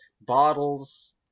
bottles